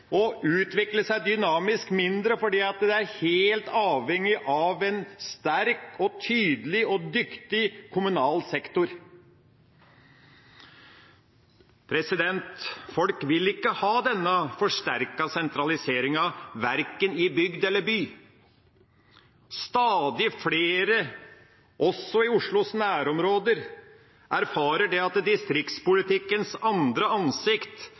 utvikle seg dynamisk mindre, for det er helt avhengig av en sterk og tydelig og dyktig kommunal sektor. Folk vil ikke ha denne forsterka sentraliseringa, verken i bygd eller by. Stadig flere – også i Oslos nærområder – erfarer at distriktspolitikkens andre ansikt